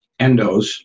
endos